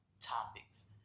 topics